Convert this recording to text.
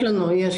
יש לנו אישור.